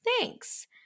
Thanks